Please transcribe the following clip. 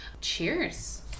Cheers